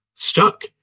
Stuck